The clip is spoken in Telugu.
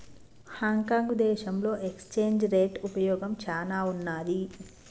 హాంకాంగ్ దేశంలో ఎక్స్చేంజ్ రేట్ ఉపయోగం చానా ఉన్నాది